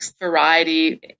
variety